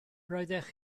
roeddech